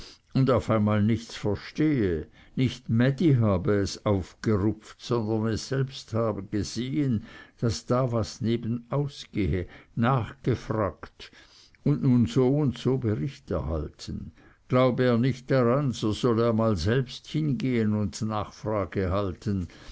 und auf einmal nichts verstehe nicht mädi habe es aufgerupft sondern es selbst habe gesehen daß da was nebenausgehe nachgefragt und nun so und so bericht erhalten glaube er nicht daran so solle er mal selbst hingehen und nachfrage halten